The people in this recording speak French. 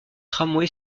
tramway